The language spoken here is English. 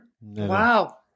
Wow